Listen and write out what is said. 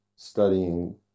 Studying